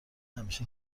همیشه